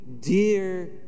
dear